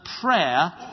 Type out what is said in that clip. prayer